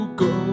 go